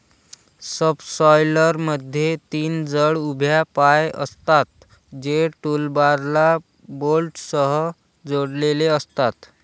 सबसॉयलरमध्ये तीन जड उभ्या पाय असतात, जे टूलबारला बोल्टसह जोडलेले असतात